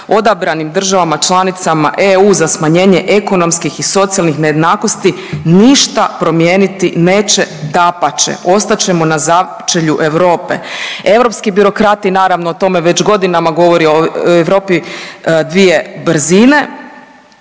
odabranim državama članicama EU za smanjenje ekonomskih i socijalnih nejednakosti ništa promijeniti neće. Dapače, ostat ćemo na začelju Europe. Europski birokrati naravno o tome već godinama govori o Europi dvije brzine.